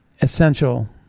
essential